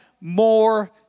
more